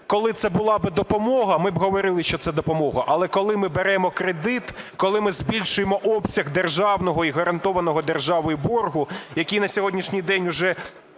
коли це була би допомога, ми б говорили, що це допомога, але коли ми беремо кредит, коли ми збільшуємо обсяг державного і гарантованого державою боргу, який на сьогоднішній день уже